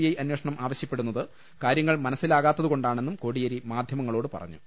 I അന്വേ ഷണം ആവശ്യപ്പെടുന്നത് കാര്യങ്ങൾ മനസ്സിലാകാത്തതുകൊണ്ടാ ണെന്നും കോടിയേരി മാധ്യമങ്ങളോട് പറഞ്ഞു